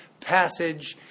passage